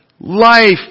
Life